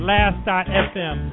Last.fm